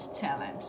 challenge